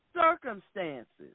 circumstances